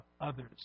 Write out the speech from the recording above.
others